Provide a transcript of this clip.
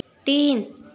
तीन